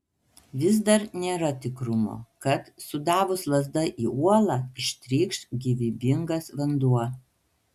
vis dar nėra tikrumo kad sudavus lazda į uolą ištrykš gyvybingas vanduo